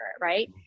right